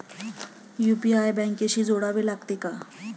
UPI बँकेशी जोडावे लागते का?